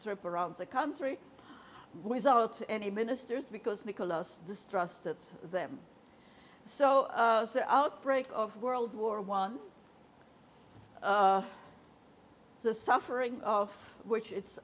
to rip around the country without any ministers because nicholas distrusted them so outbreak of world war one the suffering of which i